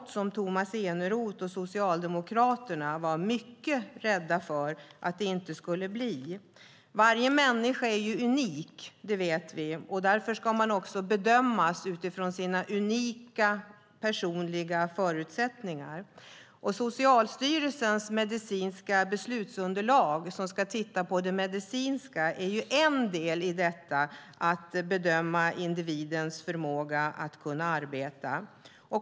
Tomas Eneroth och Socialdemokraterna var ju mycket rädda för att det inte skulle bli så. Vi vet att varje människa är unik, och därför ska man också bedömas utifrån sina unika, personliga förutsättningar. Socialstyrelsens medicinska beslutsunderlag, där man tittar på det medicinska, är en del i detta att bedöma individens förmåga att arbeta.